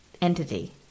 entity